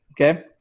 okay